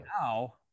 now